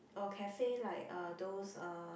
or cafe like uh those uh